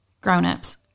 Grown-ups